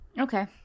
Okay